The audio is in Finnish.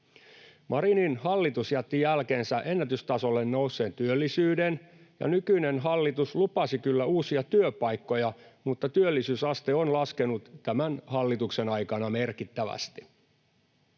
Marinin hallitus jätti jälkeensä ennätystasolle nousseen työllisyyden, ja nykyinen hallitus lupasi kyllä uusia työpaikkoja, mutta työllisyysaste on laskenut tämän hallituksen aikana merkittävästi.